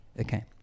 okay